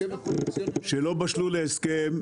שלא בשלו להסכם,